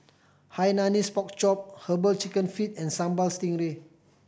Hainanese Pork Chop Herbal Chicken Feet and Sambal Stingray